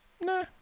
Nah